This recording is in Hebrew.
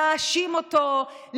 להאשים אותו,